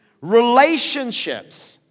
relationships